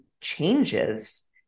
changes